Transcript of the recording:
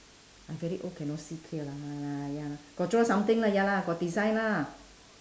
I very old cannot see clear nevermind lah ya got draw something lah ya lah got design lah